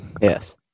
Yes